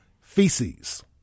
feces